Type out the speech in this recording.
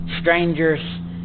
strangers